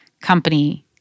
company